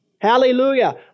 Hallelujah